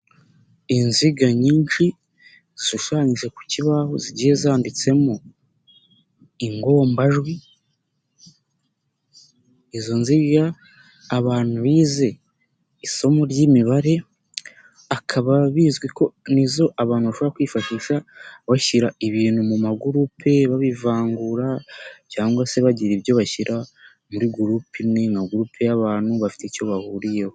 Inziga nyinshi zishushanyije ku kibaho zigiye zanditsemo ingombajwi, izo nziga abantu bize isomo ry'imibare akaba bizwi ko nizo abantu bashobora kwifashisha bashyira ibintu mu magurupe, babivangura cyangwa se bagira ibyo bashyira muri gurupe imwe nka gurupe y'abantu bafite icyo bahuriyeho.